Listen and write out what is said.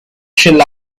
chill